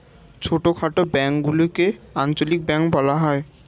ছোটখাটো ব্যাঙ্কগুলিকে আঞ্চলিক ব্যাঙ্ক বলা হয়